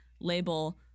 label